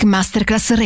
Masterclass